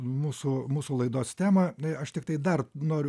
mūsų mūsų laidos temą aš tiktai dar noriu